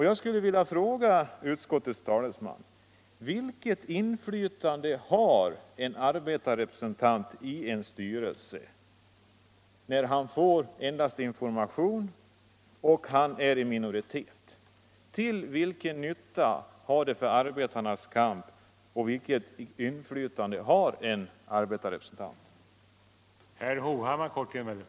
Jag skulle vilja fråga utskottets talesman: Vilket inflytande har en arbetarrepresentant i en styrelse, när han får endast information och är i minoritet och vilken nytta har det för arbetarnas kamp?